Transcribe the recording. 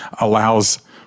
allows